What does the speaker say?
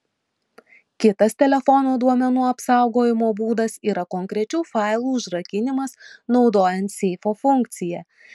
kitas telefono duomenų apsaugojimo būdas yra konkrečių failų užrakinimas naudojant seifo funkciją